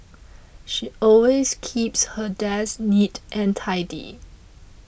she always keeps her desk neat and tidy